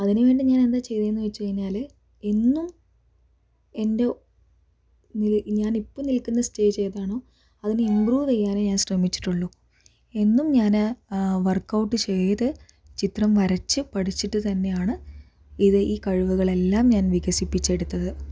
അതിനുവേണ്ടി ഞാൻ എന്താ ചെയ്തത് എന്ന് വെച്ച് കഴിഞ്ഞാൽ എന്നും എൻ്റെ നിൽ ഞാൻ ഇപ്പോൾ നിൽക്കുന്ന സ്റ്റേജ് ഏതാണോ അതിനെ ഇമ്പ്രൂവ് ചെയ്യാനേ ഞാൻ ശ്രമിച്ചിട്ടുള്ളു എന്നും ഞാൻ വർക്ക് ഔട്ട് ചെയ്ത് ചിത്രം വരച്ച് പഠിച്ചിട്ട് തന്നെയാണ് ഇത് ഈ കഴിവുകൾ എല്ലാം വികസിപ്പിച്ച് എടുത്തത്